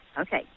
Okay